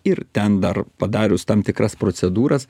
ir ten dar padarius tam tikras procedūras